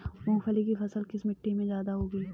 मूंगफली की फसल किस मिट्टी में ज्यादा होगी?